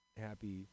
happy